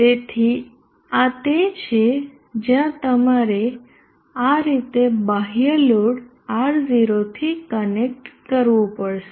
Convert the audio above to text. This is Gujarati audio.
તેથી આ તે છે જ્યાં તમારે આ રીતે બાહ્ય લોડ R0 થી કનેક્ટ કરવું પડશે